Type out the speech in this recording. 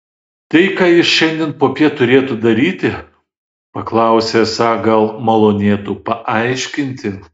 tai ką jis šiandien popiet turėtų daryti paklausė esą gal malonėtų paaiškinti